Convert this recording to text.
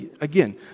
again